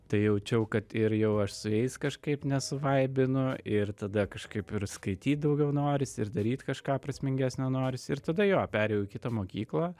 tai jaučiau kad ir jau aš su jais kažkaip nesuvaibinu ir tada kažkaip ir skaityt daugiau noris ir daryt kažką prasmingesnio norisi ir tada jo perėjau į kitą mokyklą